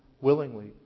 willingly